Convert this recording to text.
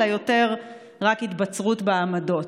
אלא יותר התבצרות בעמדות.